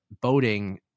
boating